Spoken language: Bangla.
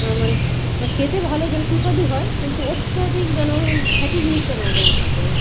না মানে মানে খেতে ভালো যেন সুস্বাদু হয় কিন্তু অত্যাধিক যেন ফ্যাটি জিনিসটা না যেন থাকে